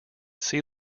sea